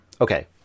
okay